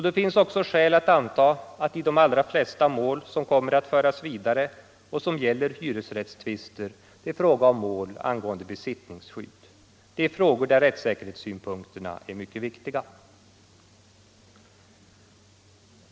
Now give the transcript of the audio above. Det finns också skäl att antaga att i de allra flesta mål som kommer att föras vidare och som gäller hyrestvister är det fråga om mål angående besittningsskydd. Det är frågor där rättssäkerhetssynpunkterna är mycket viktiga.